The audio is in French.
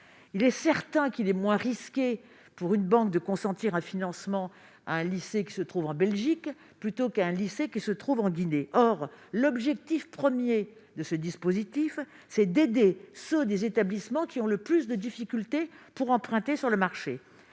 Il est certain qu'il est moins risqué pour une banque de consentir un financement à un lycée qui se trouve en Belgique plutôt qu'à un lycée qui se trouve en Guinée. Or l'objectif premier de ce dispositif est d'aider ceux des établissements qui ont le plus de difficultés pour emprunter sur le marché.